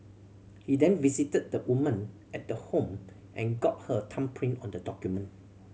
he then visited the woman at the home and got her thumbprint on the document